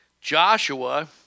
Joshua